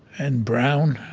and brown